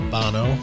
Bono